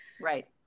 Right